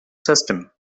system